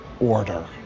order